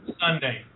Sunday